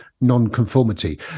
non-conformity